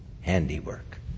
handiwork